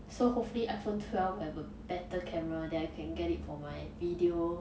so hopefully iphone twelve have a better camera that I can get it for my video